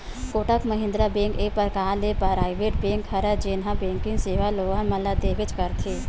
Kotak Mahindra bank एक परकार ले पराइवेट बेंक हरय जेनहा बेंकिग सेवा लोगन मन ल देबेंच करथे